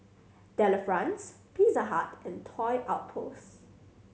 Delifrance Pizza Hut and Toy Outpost